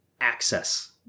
access